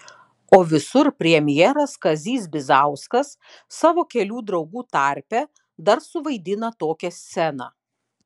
o visur premjeras kazys bizauskas savo kelių draugų tarpe dar suvaidina tokią sceną